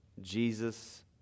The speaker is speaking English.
Jesus